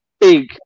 big